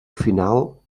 final